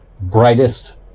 brightest